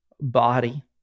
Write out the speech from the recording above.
body